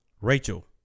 Rachel